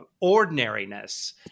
ordinariness